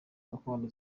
gakondo